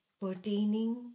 pertaining